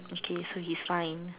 okay so he's fine